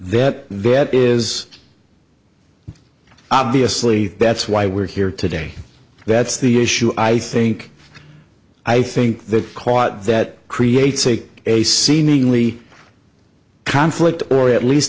that that is obviously that's why we're here today that's the issue i think i think the quote that creates a a seemingly conflict or at least